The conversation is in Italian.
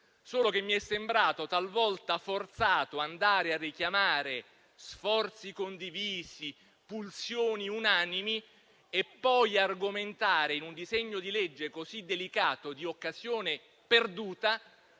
solo che mi è sembrato talvolta forzato andare a richiamare sforzi condivisi, pulsioni unanimi e poi argomentare, in un disegno di legge così delicato, di occasione perduta,